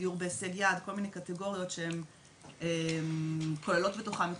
דיור בהישג יד או כל מיני קטגוריות שהן כוללות תוכן את